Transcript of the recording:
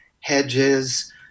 hedges